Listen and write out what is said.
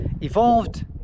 evolved